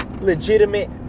Legitimate